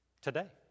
today